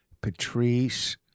Patrice